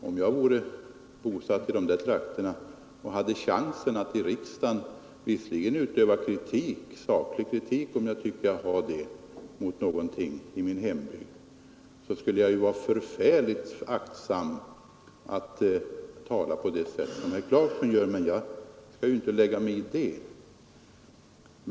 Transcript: Om jag vore bosatt i den trakten och ansåg mig ha anledning att i riksdagen utöva saklig kritik mot något i min hembygd, så skulle jag vara förfärligt aktsam och inte tala på det sätt som herr Clarkson gör.